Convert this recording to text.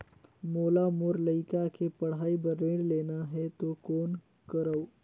मोला मोर लइका के पढ़ाई बर ऋण लेना है तो कौन करव?